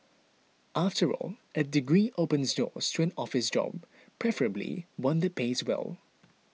after all a degree opens doors to an office job preferably one that pays well